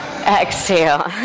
Exhale